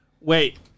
wait